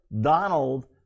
Donald